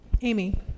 Amy